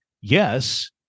yes